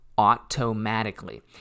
automatically